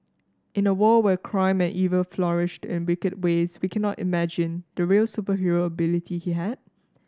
in a world where crime and evil flourished in wicked ways we cannot imagine the real superhero ability he had